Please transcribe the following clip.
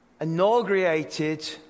inaugurated